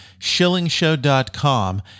shillingshow.com